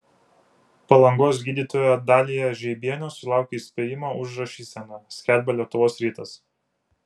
palangos gydytoja dalija žeibienė sulaukė įspėjimo už rašyseną skelbia lietuvos rytas